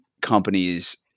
companies